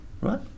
Right